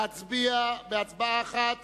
להצביע בהצבעה אחת